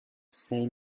say